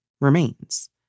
Remains